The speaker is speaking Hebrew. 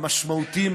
המשמעותיים,